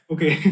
Okay